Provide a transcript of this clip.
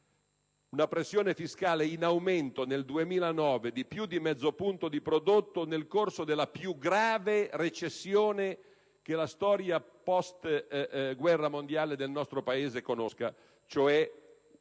una pressione fiscale in aumento nel 2009 di più di mezzo punto di prodotto nel corso della più grave recessione che la storia *post* guerra mondiale del nostro Paese conosca, cioè una